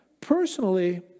Personally